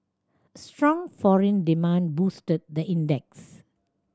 strong foreign demand boosted the index